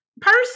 person